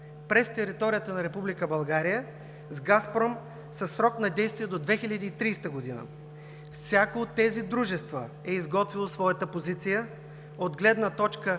през територията на Република България с „Газпром“ със срок на действие до 2030 г. Всяко от тези дружества е изготвило своята позиция от гледна точка